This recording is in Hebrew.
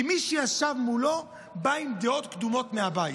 כי מי שישב מולו בא עם דעות קדומות מהבית.